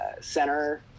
center